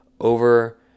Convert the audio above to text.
over